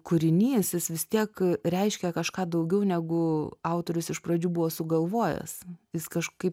kūrinys jis vis tiek reiškia kažką daugiau negu autorius iš pradžių buvo sugalvojęs jis kažkaip